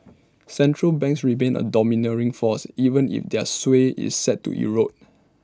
central banks remain A domineering force even if their sway is set to erode